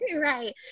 Right